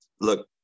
look